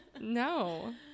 No